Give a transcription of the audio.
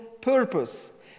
purpose